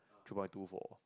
three point two for